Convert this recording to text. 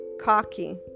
cocky